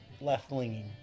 left-leaning